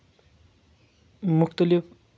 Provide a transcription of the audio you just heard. مُختلِف